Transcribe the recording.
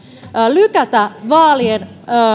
lykätä